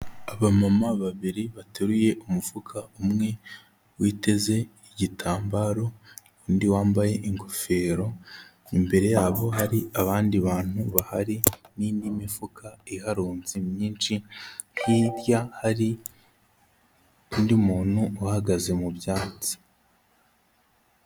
Abamama babiri bateruye umufuka, umwe witeze igitambaro, undi wambaye ingofero, imbere yabo hari abandi bantu bahari, n'indi mifuka iharunze myinshi, hirya hari undi muntu uhagaze mu byatsi.